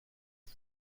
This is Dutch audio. dit